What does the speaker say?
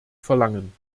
verlangen